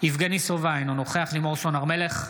יבגני סובה, אינו נוכח לימור סון הר מלך,